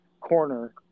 corner